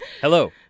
Hello